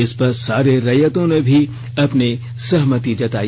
इस पर सारे रैयतों ने भी अपनी सहमति जताई